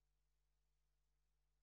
לפרוטוקול.